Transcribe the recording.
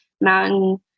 Mountain